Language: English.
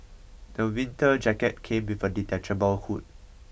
the winter jacket came with a detachable hood